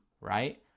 Right